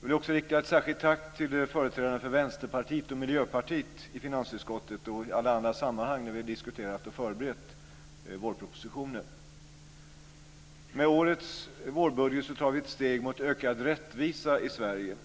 Jag vill också rikta ett särskilt tack till företrädarna för Vänsterpartiet och Miljöpartiet i finansutskottet och i alla andra sammanhang där vi diskuterat och förberett vårpropositionen. Med årets vårbudget tar vi ett steg mot ökad rättvisa i Sverige.